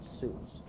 suits